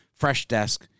Freshdesk